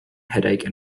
headache